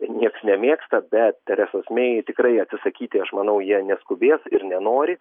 nieks nemėgsta bet teresos mei tikrai atsisakyti aš manau jie neskubės ir nenori